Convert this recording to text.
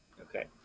Okay